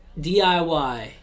DIY